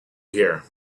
here